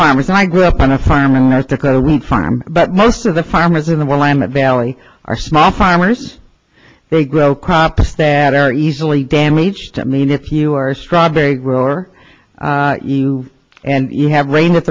farmers i grew up on a farm in north dakota wind farm but most of the farmers in the world i am a valley are small farmers they grow crops that are easily damaged i mean if you are strawberry grower you and you have rain at